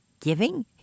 giving